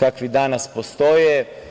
kakvi danas postoje.